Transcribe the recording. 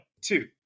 two